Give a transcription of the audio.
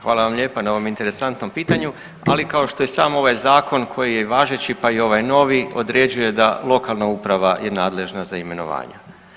Hvala vam lijepa na ovom interesantnom pitanju, ali kao što i sam ovaj zakon koji je važeći pa i ovaj novi određuje da lokalna uprava je nadležna za imenovanja.